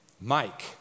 Mike